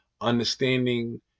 understanding